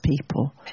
people